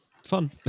fun